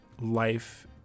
life